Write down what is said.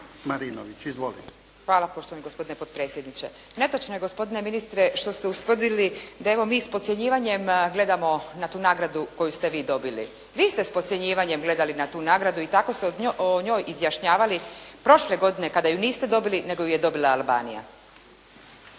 Marinović, Ingrid (SDP)** Hvala poštovani gospodine potpredsjedniče. Netočno je gospodine ministre što ste ustvrdili da, evo mi s podcjenjivanjem gledamo na tu nagradu koju ste vi dobili. Vi ste s podcjenjivanjem gledali na tu nagradu i tako se o njoj izjašnjavali prošle godine kada ju niste dobili, nego ju je dobila Albanija.